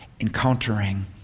encountering